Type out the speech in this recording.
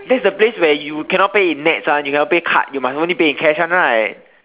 that's the place where you cannot pay in nets [one] you cannot pay card you must only pay in cash [one] right